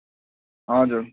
हजुर